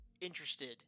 interested